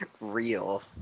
real